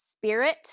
spirit